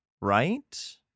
Right